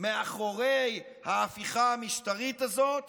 מאחורי ההפיכה המשטרית הזאת